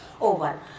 over